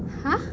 !huh!